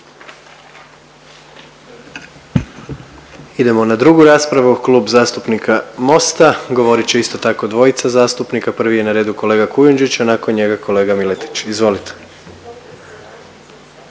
Idemo na drugu raspravu, Klub zastupnika Mosta. Govorit će isto tako dvojica zastupnika. Prvi je na redu kolega Kujundžić, a nakon njega kolega Miletić, izvolite.